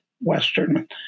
Western